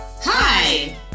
Hi